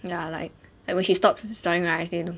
ya like like when she stopped stirring rice then you don't